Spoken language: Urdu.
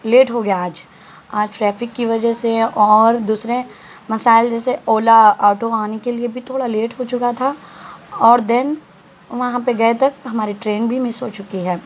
لیٹ ہو گیا آج آج ٹریفک کی وجہ سے اور دوسرے مسائل جیسے اولا آٹو آنے کے لیے بھی تھوڑا لیٹ ہو چکا تھا اور دین وہاں پہ گئے تک ہماری ٹرین بھی مس ہو چکی ہے